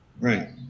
Right